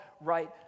right